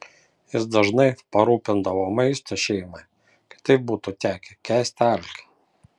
jis dažnai parūpindavo maisto šeimai kitaip būtų tekę kęsti alkį